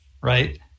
right